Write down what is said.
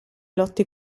lotti